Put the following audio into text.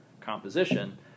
composition